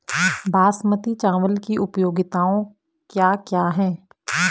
बासमती चावल की उपयोगिताओं क्या क्या हैं?